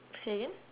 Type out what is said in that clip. say again